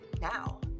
now